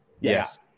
Yes